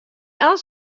elk